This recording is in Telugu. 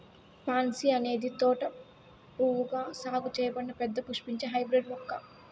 పాన్సీ అనేది తోట పువ్వుగా సాగు చేయబడిన పెద్ద పుష్పించే హైబ్రిడ్ మొక్క